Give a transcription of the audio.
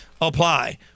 apply